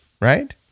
right